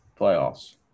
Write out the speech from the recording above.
playoffs